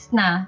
na